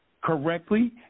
correctly